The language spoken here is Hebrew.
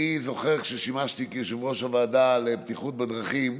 אני זוכר שכששימשתי יושב-ראש הוועדה לבטיחות בדרכים,